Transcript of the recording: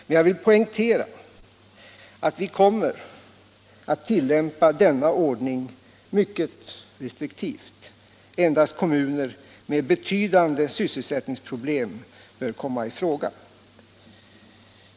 Men jag vill poängtera att vi kommer att tillämpa denna ordning mycket restriktivt. Endast kommuner med betydande sysselsättningsproblem bör komma i fråga.